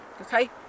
okay